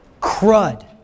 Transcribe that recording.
crud